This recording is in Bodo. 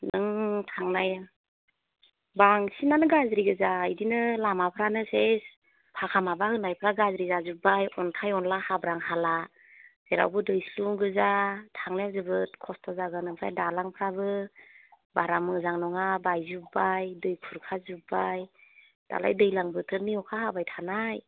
नों थांनाय बांसिनानै गाज्रि गोजा बिदिनो लामाफ्रानो सेस फाखा माबा होनायफ्रा गाज्रि जाजोबबाय अन्थाइ अनला हाब्रां हाला जेरावबो दैस्लुं गोजा थांनो जोबोर खस्थ' जागोन ओमफ्राय दालांफ्राबो बारा मोजां नङा बायजोबबाय दै खुरखाजोबबाय दालाय दैलां बोथोरनि अखा हाबाय थानाय